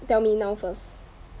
tell me now first